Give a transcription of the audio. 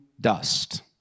dust